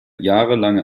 jahrelange